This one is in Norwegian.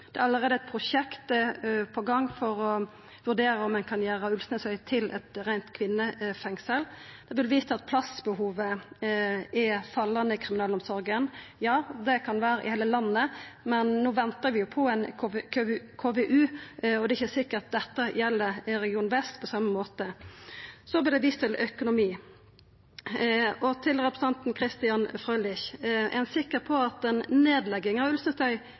Det er allereie eit prosjekt på gang for å vurdera om ein kan gjera Ulvsnesøy til eit reint kvinnefengsel. Det vert vist til at plassbehovet er fallande i kriminalomsorga. Ja, det kan vera slik for heile landet, men no ventar vi på ein KVU, og det er ikkje sikkert at dette gjeld for Region Vest på same måten. Så vert det vist til økonomi. Til representanten Peter Frølich: Er ein sikker på at ei nedlegging av